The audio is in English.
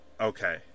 Okay